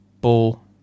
Ball